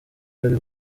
bari